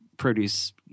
produce